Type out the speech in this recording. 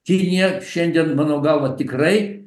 kinija šiandien mano galva tikrai